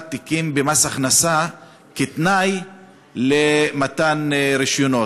תיקים במס הכנסה כתנאי למתן רישיונות.